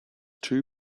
two